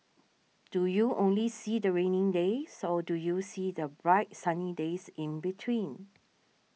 do you only see the rainy days or do you see the bright sunny days in between